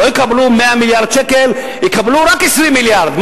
לא יקבלו 100 מיליארד שקל, יקבלו רק 20 מיליארד.